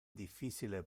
difficile